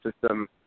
system